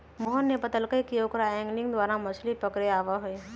मोहन ने बतल कई कि ओकरा एंगलिंग द्वारा मछ्ली पकड़े आवा हई